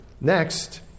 Next